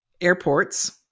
airports